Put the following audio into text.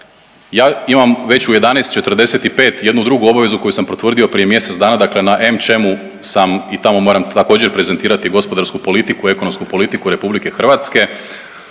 ja imam već u 11 i 45 jednu drugu obavezu koju sam potvrdio prije mjesec dana, dakle na AmChamu sam i tamo moram također prezentirati gospodarsku politiku, ekonomsku politiku RH i ne